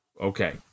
Okay